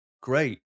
great